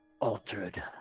altered